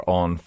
on